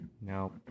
No